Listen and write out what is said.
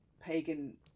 pagan